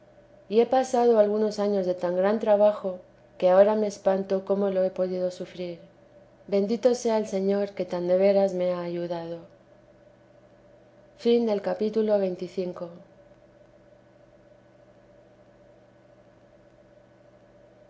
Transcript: y he pasado algunos años de tan gran trabajo que ahora me espanto cómo lo he podido sufrir bendito sea el señor que tan de veras me ha ayudado